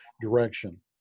direction